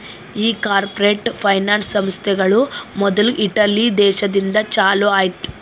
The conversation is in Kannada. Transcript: ಈ ಕಾರ್ಪೊರೇಟ್ ಫೈನಾನ್ಸ್ ಸಂಸ್ಥೆಗಳು ಮೊದ್ಲು ಇಟಲಿ ದೇಶದಿಂದ ಚಾಲೂ ಆಯ್ತ್